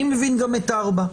אני מבין גם את פסקה (4),